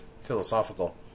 philosophical